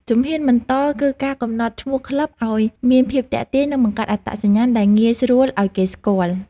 ជំហានបន្ត គឺការកំណត់ឈ្មោះក្លឹបឱ្យមានភាពទាក់ទាញ និងបង្កើតអត្តសញ្ញាណដែលងាយស្រួលឱ្យគេស្គាល់។